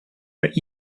but